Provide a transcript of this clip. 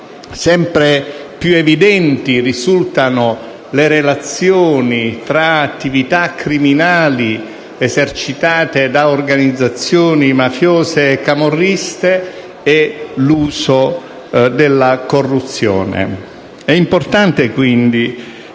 sempre più evidenti risultano le relazioni tra attività criminali esercitate da organizzazioni mafiose e camorriste e l'uso della corruzione. È quindi